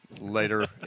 later